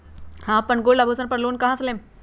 हम अपन गोल्ड आभूषण पर लोन कहां से लेम?